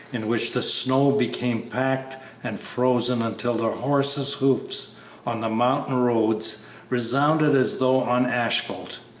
in which the snow became packed and frozen until the horses' hoofs on the mountain roads resounded as though on asphalt,